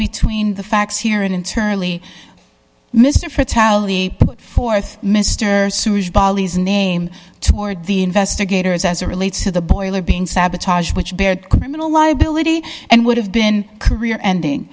between the facts here and internally mr fatality a th mr bali's name toward the investigators as it relates to the boiler being sabotage which bared criminal liability and would have been career ending